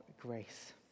grace